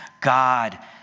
God